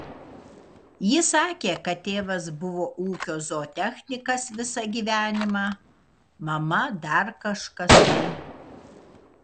jis sakė kad tėvas buvo ūkio zootechnikas visą gyvenimą mama dar kažkas tai